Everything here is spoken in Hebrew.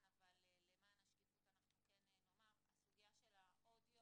אבל למען השקיפות אנחנו כן נאמר הסוגיה של האודיו